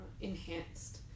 enhanced